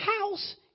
house